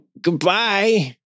goodbye